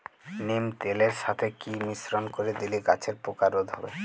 নিম তেলের সাথে কি মিশ্রণ করে দিলে গাছের পোকা রোধ হবে?